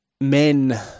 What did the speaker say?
men